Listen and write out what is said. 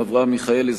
אברהם מיכאלי,